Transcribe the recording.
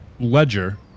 Ledger